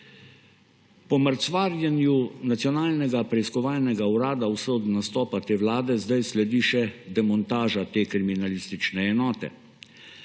Po mrcvarjenju Nacionalnega preiskovalnega urada vse od nastopa te vlade zdaj sledi še demontaža te kriminalistične enote.